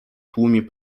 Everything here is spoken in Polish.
tłumie